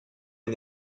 est